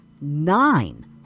nine